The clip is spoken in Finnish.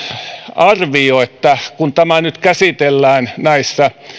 arvio että kun tämä nyt käsitellään näissä